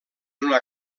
una